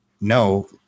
no